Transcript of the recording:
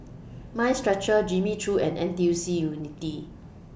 Mind Stretcher Jimmy Choo and N T U C Unity